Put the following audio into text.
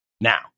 now